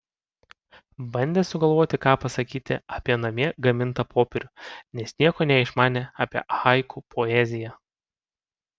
bandė sugalvoti ką pasakyti apie namie gamintą popierių nes nieko neišmanė apie haiku poeziją